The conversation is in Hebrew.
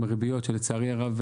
לצערי הרב,